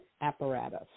apparatus